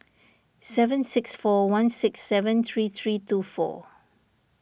seven six four one six seven three three two four